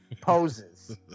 poses